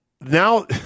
now